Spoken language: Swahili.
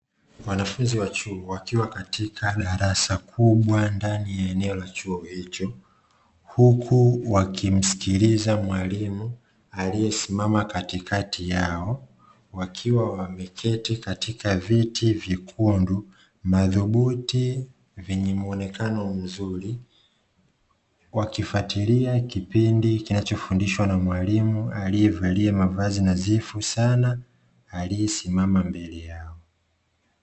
Wanafunzi wachuo wakiwa katika darasa kubwa ndani ya eneo la chuo hicho, huku wakimsikiliza mwalimu aliyesimama katikati yao. Wakiwa wameketi katika viti vyekundu madhubuti vyenye muonekano mzuri, wakifuatilia kipindi kinachofundishwa na mwalimu aliyevalia mavazi nadhifu sana aliyesimama mbele yao.